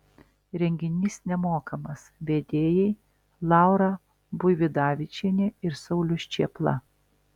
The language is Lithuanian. renginys nemokamas vedėjai laura buividavičienė ir saulius čėpla